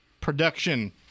production